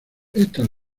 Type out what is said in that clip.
estas